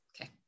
Okay